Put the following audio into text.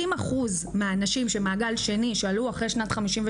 70% מהאנשים שהם מעגל שני, שעלו אחרי שנת 1953,